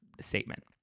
statement